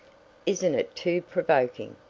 isn't it too provoking?